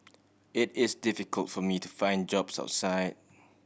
it is difficult for me to find jobs outside